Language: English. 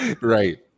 right